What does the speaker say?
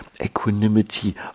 equanimity